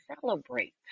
celebrate